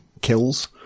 kills